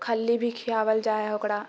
खल्ली भी खियायल जा हैय ओकरा